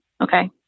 okay